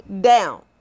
down